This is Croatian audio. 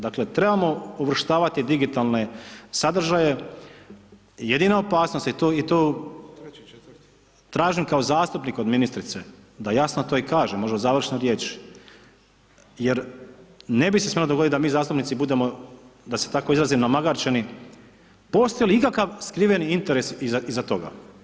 Dakle, trebamo uvrštavati digitalne sadržaje, jedina opasnost je tu, i tu tražim kao zastupnik od ministrice da jasno to i kaže, možda u završnoj riječi, jer ne bi se smjelo dogoditi da mi zastupnici budemo, da se tako izrazim namagarčeni, postoji li ikakav skriveni interes iza toga.